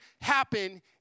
happen